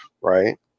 right